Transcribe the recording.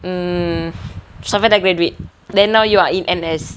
mm safian dah graduate then now you are in N_S